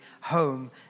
home